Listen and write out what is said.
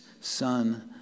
son